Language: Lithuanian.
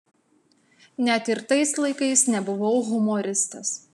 net ir tais laikais nebuvau humoristas